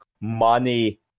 money